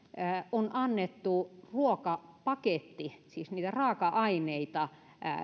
on annettu ruokapaketti siis niitä raaka aineita